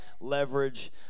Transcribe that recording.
leverage